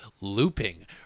looping